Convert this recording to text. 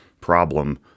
problem